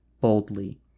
boldly